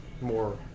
more